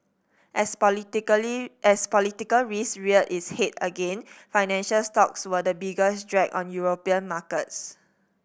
as politically as political risk reared its head again financial stocks were the biggest drag on European markets